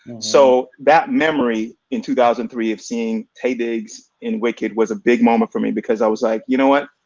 so that memory in two thousand and three of seeing taye diggs in wicked was a big moment for me, because i was like, you know what,